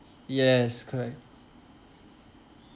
yes correct